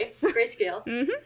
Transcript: Grayscale